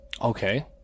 Okay